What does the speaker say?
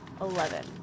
eleven